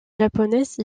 japonaise